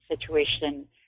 situation